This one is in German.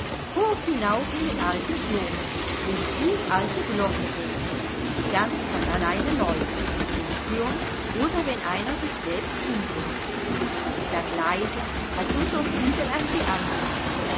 hoch hinauf in den alten turm wo die uralte glocke hängt die ganz von alleine läutet wenns stürmt oder wenn einer sich selbst umbringt sie klang leise als unsre flügel an sie